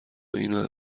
اینو